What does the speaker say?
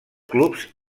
clubs